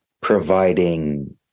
providing